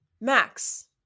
Max